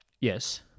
Yes